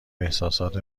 احساسات